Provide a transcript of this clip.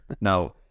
now